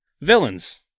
Villains